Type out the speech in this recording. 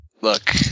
Look